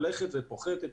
הולכת ופוחתת,